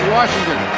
Washington